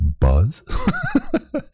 buzz